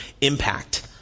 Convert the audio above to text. impact